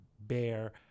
Bear